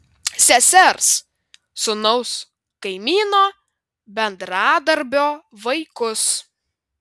sesers sūnaus kaimyno bendradarbio vaikus